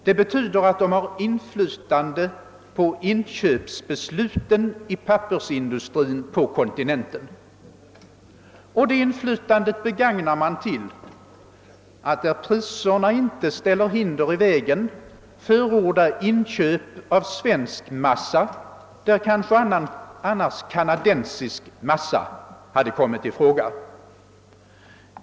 Det betyder att man där fått inflytande över inköpsbesluten, och det inflytandet begagnar man till att när priserna inte lägger hinder i vägen förorda inköp av svensk massa. I annat fall hade kanske t.ex. kanadensisk massa kommit i fråga.